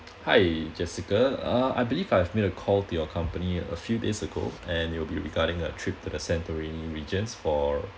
hi jessica uh I believe I've made a call to your company a few days ago and it will be regarding a trip to the santorini regions for